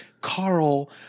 Carl